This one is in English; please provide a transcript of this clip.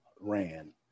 ran